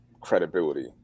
credibility